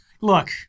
Look